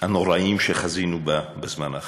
הנוראים שחזינו בהם בזמן האחרון.